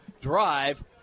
drive